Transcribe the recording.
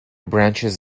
branches